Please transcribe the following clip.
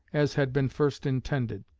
as had been first intended.